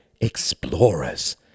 explorers